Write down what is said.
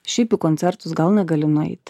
šiaip į koncertus gal negali nueiti